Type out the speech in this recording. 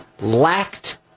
lacked